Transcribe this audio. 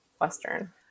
Western